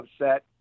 upset